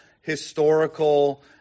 historical